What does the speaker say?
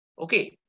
Okay